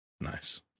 nice